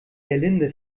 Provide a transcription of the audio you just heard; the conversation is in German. gerlinde